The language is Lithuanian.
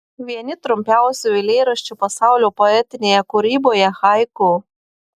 vieni trumpiausių eilėraščių pasaulio poetinėje kūryboje haiku